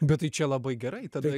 bet tai čia labai gerai tada